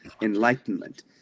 enlightenment